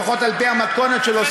לפחות על-פי המתכונת שלו,